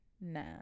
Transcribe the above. nah